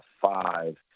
five